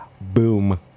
Boom